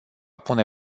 pune